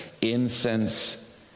incense